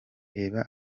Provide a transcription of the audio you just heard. reba